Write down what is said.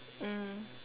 mm